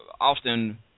often